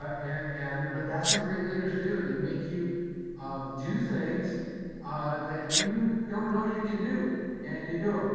ah and but that's what great leaders do, they make you um do things that you don't know you can do and you do ah